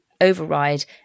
override